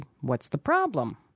what's-the-problem